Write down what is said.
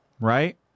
right